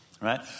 right